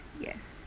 yes